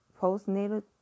postnatal